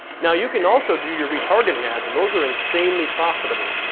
now, you can also do your retargeting ads, and those are insanely profitable.